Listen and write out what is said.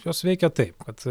jos veikia taip kad